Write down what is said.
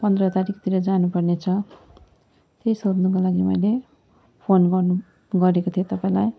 पन्ध्र तारिकतिर जानु पर्ने छ त्यही सोध्नुको लागि मैले फोन गर्नु गरेको थिएँ तपाईँलाई